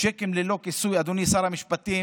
צ'קים ללא כיסוי, אדוני שר המשפטים,